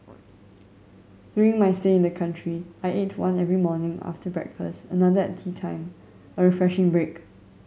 during my stay in the country I ate one every morning after breakfast and another at teatime a refreshing break